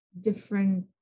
different